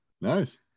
Nice